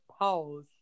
pause